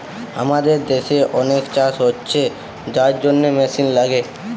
আমাদের দেশে অনেক চাষ হচ্ছে যার জন্যে মেশিন লাগে